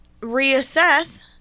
reassess